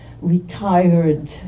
retired